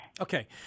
Okay